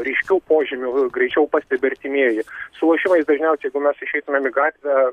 ryškių požymių greičiau pastebi artimieji su lošimais dažniausiai jeigu mes išeitumėm į gatvę